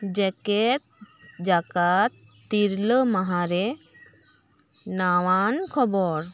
ᱡᱮᱜᱮᱛ ᱡᱟᱠᱟᱛ ᱛᱤᱨᱞᱟᱹ ᱢᱟᱦᱟᱨᱮ ᱱᱟᱣᱟᱱ ᱠᱷᱚᱵᱚᱨ